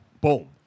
Boom